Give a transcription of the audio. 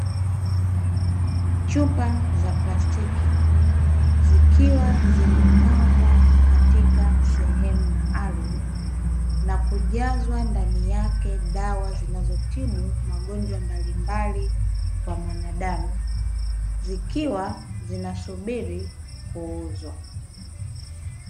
Chupa za plastiki zikiwa zimepangwa katika sehemu maalumu, na kujazwa ndani yake dawa zinazo tibu magonjwa mbalimbali kwa mwanadamu, zikiwa zina subiri kuuzwa.